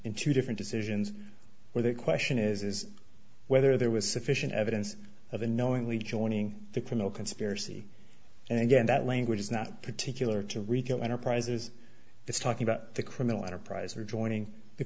into different decisions where the question is whether there was sufficient evidence of the knowingly joining the criminal conspiracy and again that language is not particular to rico enterprises it's talking about the criminal enterprise or joining the